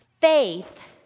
faith